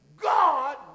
God